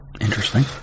Interesting